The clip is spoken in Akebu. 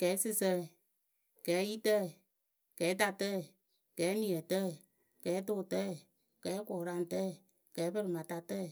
Kɛɛsɨsǝŋyǝ, kɛɛyitǝyǝ, kɛɛtatayǝ, kɛɛniǝtǝyǝ, kɛɛtʊtǝyǝ, kɛɛkʊʊraŋtǝyǝ, ɛɛpɨrɩmatatǝyǝ,